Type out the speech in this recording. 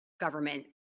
government